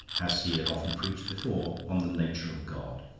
as he had often preached before, on the nature of god.